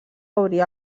obrir